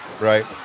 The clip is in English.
Right